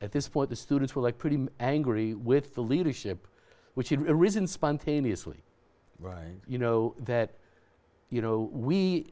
at this point the students were pretty angry with the leadership which had risen spontaneously right you know that you know